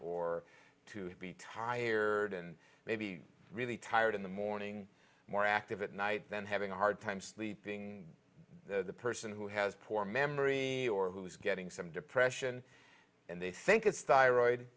or to be tired and maybe really tired in the morning more active at night then having a hard time sleeping the person who has poor memory or who is getting some depression and they think it's